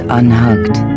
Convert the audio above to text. unhugged